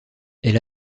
elle